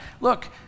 Look